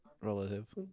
relative